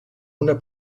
una